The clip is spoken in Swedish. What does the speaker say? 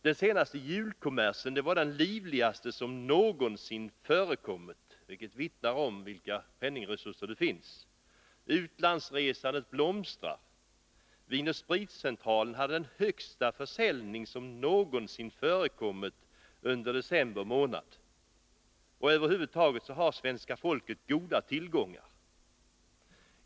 Den senaste julkommersen var den livligaste som någonsin förekommit, vilket vittnar om vilka penningresurser som finns. Utlandsresandet blomstrar, vinoch spritcentralen hade den högsta försäljning som någonsin förekommit under december månad. Över huvud taget har svenska folket goda tillgångar.